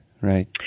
Right